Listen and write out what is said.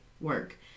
work